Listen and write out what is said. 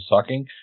sucking